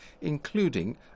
including